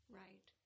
right